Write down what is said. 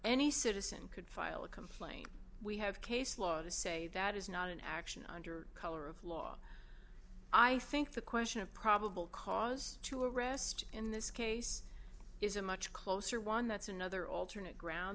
any citizen could file a complaint we have case law to say that is not an action under color of law i think the question of probable cause to arrest in this case is a much closer one that's another alternate ground